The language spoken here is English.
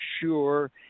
sure